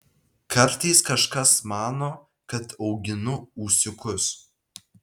kartais kažkas mano kad auginu ūsiukus